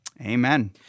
Amen